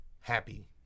happy